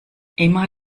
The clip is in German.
immer